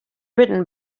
written